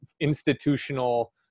institutional